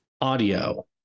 audio